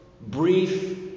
brief